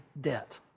debt